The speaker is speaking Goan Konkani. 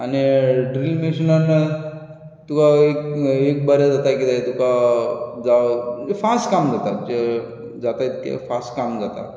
आनी ड्रील मॅशीनान तुका एक एक बरें जाता कितें एक तुका जावं फास्ट काम जाता जाता तितकें फास्ट काम जाता